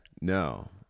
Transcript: No